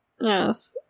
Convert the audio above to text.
Yes